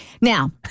Now